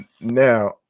now